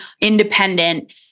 independent